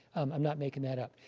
i'm not making that up.